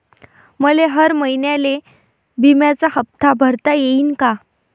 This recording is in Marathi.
मले हर महिन्याले बिम्याचा हप्ता भरता येईन का?